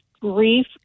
grief